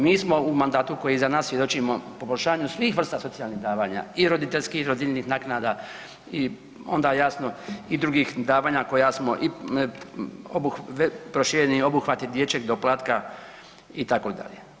Mi smo u mandatu koji je iza nas svjedočimo poboljšanju svih vrsta socijalnih davanja i roditeljskih i rodiljnih naknada i onda jasno i drugih davanja koja smo i prošireni obuhvati dječjeg doplatka itd.